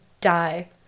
die